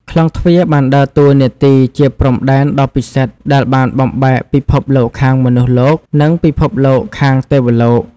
ក្លោងទ្វារបានដើរតួនាទីជាព្រំដែនដ៏ពិសិដ្ឋដែលបានបំបែកពិភពលោកខាងមនុស្សលោក និងពិភពលោកខាងទេវលោក។